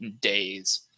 days